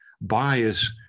bias